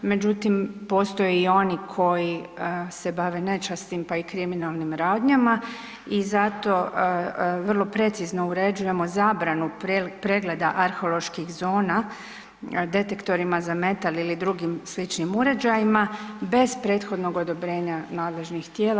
Međutim, postoje i oni koji se bave nečasnim, pa i kriminalnim radnjama i zato vrlo precizno uređujemo zabranu pregleda arheoloških zona detektorima za metal ili drugim sličnim uređajima bez prethodnog odobrenja nadležnih tijela.